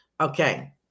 Okay